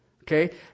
Okay